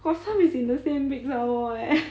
for some is in the same week some more eh